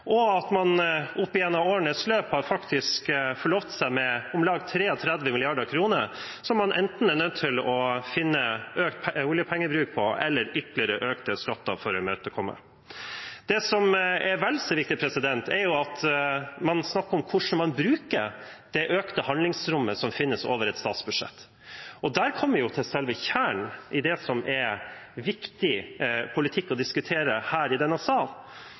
og at man opp gjennom årenes løp faktisk har forlovet seg med om lag 33 mrd. kr, som man enten er nødt til å finne økt oljepengebruk for, eller ytterligere økte skatter for å imøtekomme. Det som er vel så viktig, er at man snakker om hvordan man bruker det økte handlingsrommet som finnes over et statsbudsjett. Der kommer vi til selve kjernen i det som er viktig politikk å diskutere her i denne